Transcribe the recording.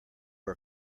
are